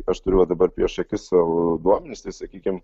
aš turiu va dabar prieš akis savo duomenis tai sakykim